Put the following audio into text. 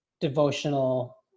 devotional